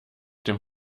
dem